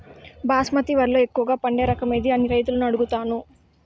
బాస్మతి వరిలో ఎక్కువగా పండే రకం ఏది అని రైతులను అడుగుతాను?